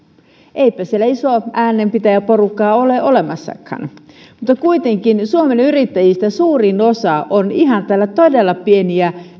eipä siellä ison äänen pitäjäporukkaa ole olemassakaan mutta kuitenkin suomen yrittäjistä suurin osa on ihan tällaisia todella pieniä